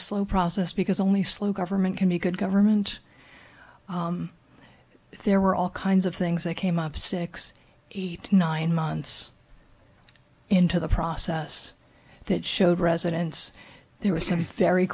slow process because only slow government can be good government there were all kinds of things that came up six eight nine months into the process that showed residence there w